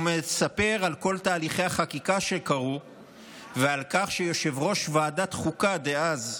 הוא מספר על כל תהליכי החקיקה שקרו ועל כך שיושב-ראש ועדת חוקה דאז,